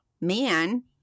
man –